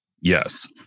Yes